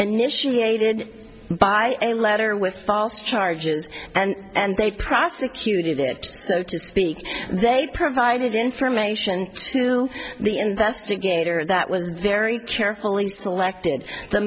hated by a letter with false charges and and they prosecuted it so to speak they provided information to the investigator that was very carefully selected the